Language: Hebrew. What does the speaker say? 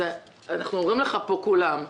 אנחנו אומרים לך פה כולם,